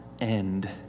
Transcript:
end